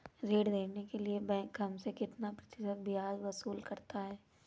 ऋण देने के लिए बैंक हमसे कितना प्रतिशत ब्याज वसूल करता है?